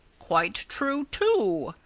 quite true, too!